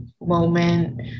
moment